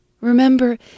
Remember